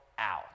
Out